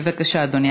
בבקשה, אדוני.